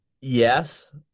Yes